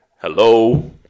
hello